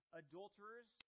adulterers